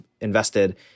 invested